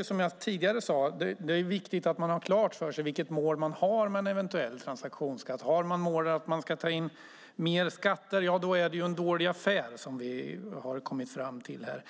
Som jag tidigare sade är det viktigt att man har klart för sig vilket mål man har med en eventuell transaktionsskatt. Har man målet att man ska ta in mer skatter är det en dålig affär, som vi har kommit fram till här.